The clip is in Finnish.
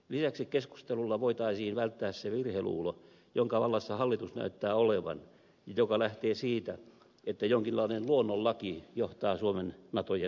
lisäksi keskustelulla voitaisiin välttää se virheluulo jonka vallassa hallitus näyttää olevan ja joka lähtee siitä että jonkinlainen luonnonlaki johtaa suomen nato jäsenyyteen